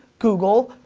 google,